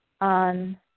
on